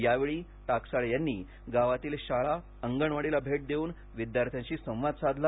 यावेळी टाकसाळे यांनी गावातील शाळा अंगणवाडीला भेट देऊन विद्यार्थ्यांशी संवाद साधला